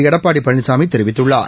எடப்பாடி பழனிசாமி தெரிவித்துள்ளார்